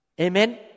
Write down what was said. Amen